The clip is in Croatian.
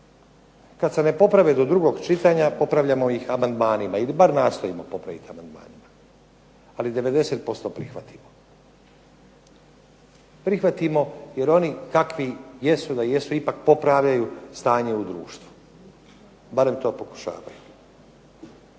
Kad se ne poprave do drugog čitanja popravljamo ih amandmanima ili bar nastojimo popraviti amandmanima, ali ih 90% prihvatimo, prihvatimo jer oni takvi jesu da ipak popravljaju stanje u društvu, barem to pokušavaju.